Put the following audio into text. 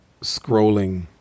scrolling